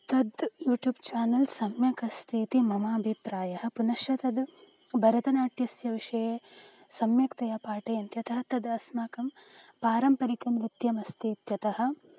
तद् YouTube channel सम्यगस्ति इति मम अभिप्रायः पुनश्च तद् भरतनाट्यस्य विषये सम्यक्तया पाठयन्ति अतः तद् अस्माकं पारम्परिकं नृत्यम् अस्ति इत्यतः